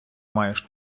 маєш